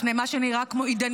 לפני מה שנראה כמו עידנים,